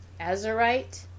Azurite